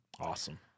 Awesome